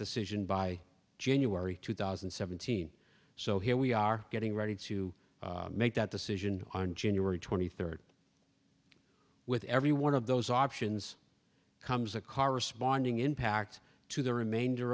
decision by january two thousand and seventeen so here we are getting ready to make that decision on january twenty third with every one of those options comes a corresponding impact to the remainder